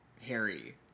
harry